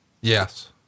Yes